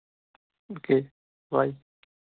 okay bye